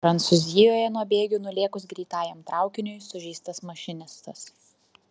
prancūzijoje nuo bėgių nulėkus greitajam traukiniui sužeistas mašinistas